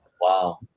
Wow